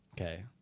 Okay